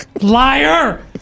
Liar